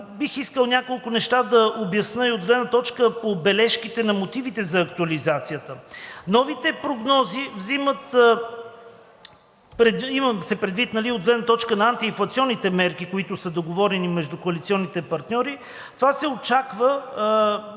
Бих искал няколко неща да обясня и от гледна точка по бележките на мотивите за актуализацията. Новите прогнози, има се предвид от гледна точка на антиинфлационните мерки, които са договорени между коалиционните партньори, това се очаква